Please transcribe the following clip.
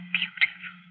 beautiful